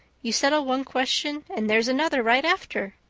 you settle one question and there's another right after.